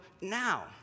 now